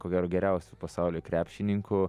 ko gero geriausių pasaulio krepšininkų